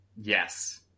Yes